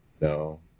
No